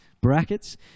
brackets